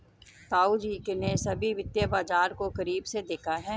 ताऊजी ने सभी वित्तीय बाजार को करीब से देखा है